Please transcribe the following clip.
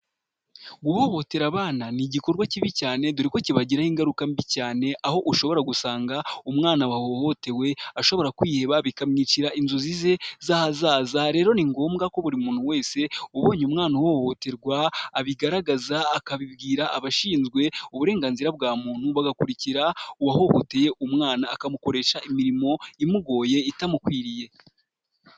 Guhohotera abana ni igikorwa kibi cyane dore ko kibagiraho ingaruka mbi cyane aho ushobora gusanga umwana wahohotewe ashobora kwiheba bikamwicira inzozi ze z'ahazaza, rero ni ngombwa ko buri muntu wese ubonye umwana uhohoterwa abigaragaza, akabibwira abashinzwe uburenganzira bwa muntu, bagakurikira uwahohoteye umwana akamukoresha imirimo imugoye itamukwiriye.